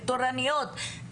תורנויות,